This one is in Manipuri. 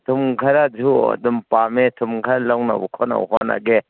ꯊꯨꯝ ꯈꯔꯁꯨ ꯑꯗꯨꯝ ꯄꯥꯝꯃꯦ ꯊꯨꯝ ꯈꯔ ꯂꯧꯅꯕ ꯈꯣꯠꯅꯕ ꯍꯣꯠꯅꯒꯦ